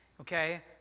okay